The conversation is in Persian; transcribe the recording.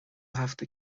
هفته